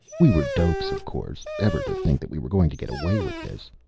we were dopes, of course, ever to think that we were going to get away with this.